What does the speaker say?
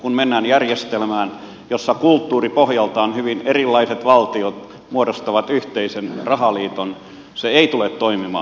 kun mennään järjestelmään jossa kulttuuripohjaltaan hyvin erilaiset valtiot muodostavat yhteisen rahaliiton se ei tule toimimaan